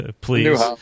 please